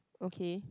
okay